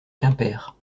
quimper